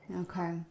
Okay